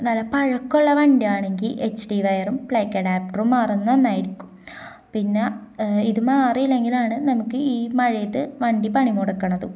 നല്ല പഴക്കമുള്ള വണ്ടിയാണെങ്കില് എച്ച് ഡി വയറും പ്ലഗ് അഡാപ്റ്ററും മാറുന്നതു നന്നായിരിക്കും പിന്നെ ഇത് മാറിയില്ലെങ്കിലാണു നമുക്ക് ഈ മഴയത്ത് വണ്ടി പണി മുടക്കണതും